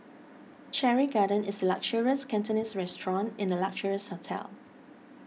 Cherry Garden is a luxurious Cantonese restaurant in a luxurious hotel